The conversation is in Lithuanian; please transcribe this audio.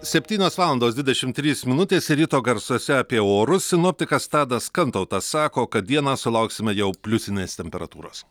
septynios valandos dvidešimt trys minutės ryto garsuose apie orus sinoptikas tadas kantautas sako kad dieną sulauksime jau pliusinės temperatūros